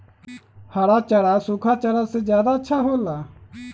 हरा चारा सूखा चारा से का ज्यादा अच्छा हो ला?